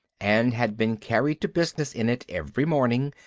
and had been carried to business in it every morning,